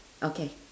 okay